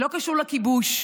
לא קשור לכיבוש,